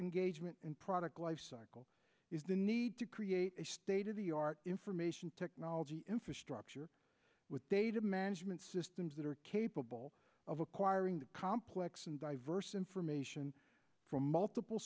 engagement in product life cycle is the need to create a state of the art information technology infrastructure with data management systems that are capable of acquiring the complex and diverse information from multiple